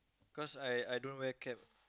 cause I I don't wear cap